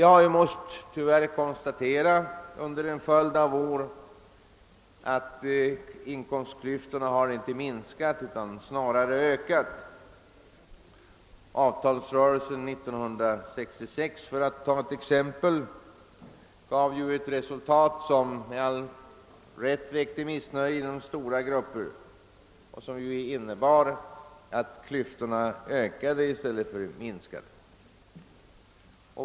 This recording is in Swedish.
Vi har tyvärr under en följd av år måst konstatera ait inkomstklyftorna inte minskat utan snarare ökat. Avtalsrörelsen 1966 — för att ta ett exempel — gav ett resultat som med all rätt väckte missnöje hos stora grupper genom att klyftorna ökade i stället för att minska.